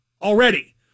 Already